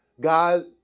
God